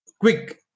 Quick